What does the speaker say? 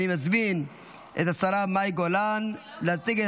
אני מזמין את השרה מאי גולן להציג את